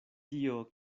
tio